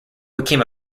became